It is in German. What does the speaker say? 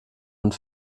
und